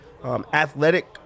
Athletic